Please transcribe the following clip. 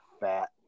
fat